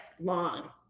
long